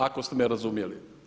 Ako ste me razumjeli.